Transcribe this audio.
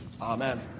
amen